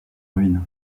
ruines